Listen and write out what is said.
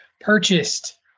purchased